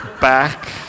back